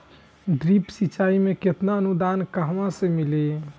Drip सिंचाई मे केतना अनुदान कहवा से मिली?